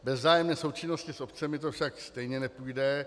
Bez vzájemné součinnosti s obcemi to však stejně nepůjde.